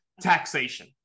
taxation